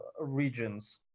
regions